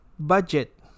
budget